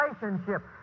relationship